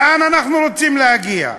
לאן אנחנו רוצים להגיע?